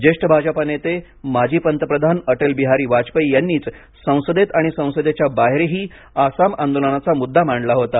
ज्येष्ठ भाजपा नेते माजी पंतप्रधान अटल बिहारी वाजपेयी यांनीच संसदेत आणि संसदेच्या बाहेरही आसाम आंदोलनाचा मुद्दा मांडला होता